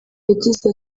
yagize